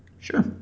Sure